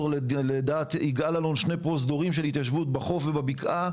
לדעת יגאל אלון שני פרוזדורים של התיישבות בחוף ובבקעה,